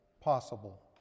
possible